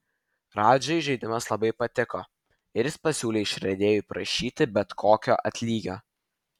radžai žaidimas labai patiko ir jis pasiūlė išradėjui prašyti bet kokio atlygio